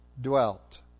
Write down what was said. dwelt